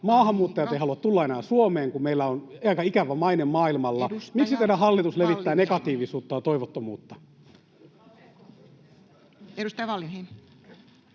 Maahanmuuttajat eivät halua tulla enää Suomeen, kun meillä on aika ikävä maine maailmalla. Miksi teidän hallitus levittää negatiivisuutta ja toivottomuutta?